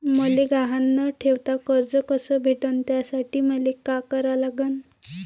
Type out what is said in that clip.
मले गहान न ठेवता कर्ज कस भेटन त्यासाठी मले का करा लागन?